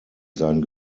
sein